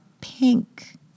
pink